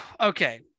Okay